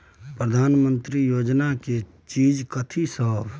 प्रधानमंत्री योजना की चीज कथि सब?